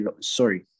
sorry